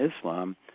Islam